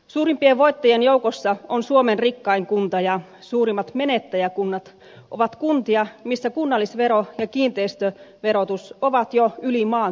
suurimpien voittajien joukossa on suomen rikkain kunta ja suurimmat menettäjäkunnat ovat kuntia joissa kunnallisvero ja kiinteistöverotus ovat jo yli maan keskiarvon